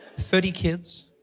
thirty kids,